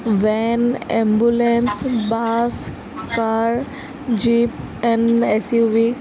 van ambulance bus car jeep and S U V